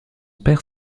père